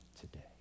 today